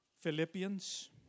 Philippians